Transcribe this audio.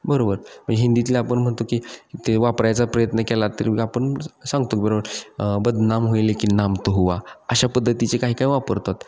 बरोबर मी हिंदीतले आपण म्हणतो की ते वापरायचा प्रयत्न केला तरी आपण सांगतो बरोबर बदनाम होईल की नाम तो हुवा अशा पद्धतीचे काही काही वापरतात